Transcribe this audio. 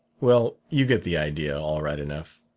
well, you get the idea, all right enough.